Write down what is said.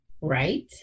right